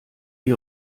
die